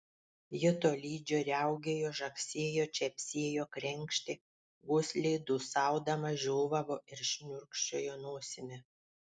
ji tolydžio riaugėjo žagsėjo čepsėjo krenkštė gosliai dūsaudama žiovavo ir šniurkščiojo nosimi